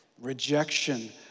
rejection